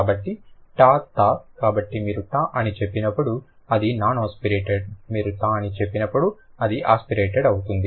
కాబట్టి ట తా కాబట్టి మీరు ట అని చెప్పినప్పుడు అది నాన్ ఆస్పిరేటెడ్ మీరు థా అని చెప్పినప్పుడు అది ఆస్పిరేటెడ్ అవుతుంది